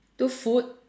two food